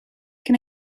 can